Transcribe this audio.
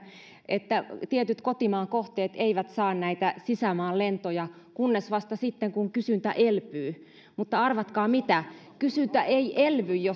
että tietyt kotimaankohteet eivät saa sisämaan lentoja kunnes vasta sitten kun kysyntä elpyy mutta arvatkaa mitä kysyntä ei elvy jos